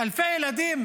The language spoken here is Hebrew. אלפי ילדים